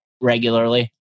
regularly